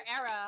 era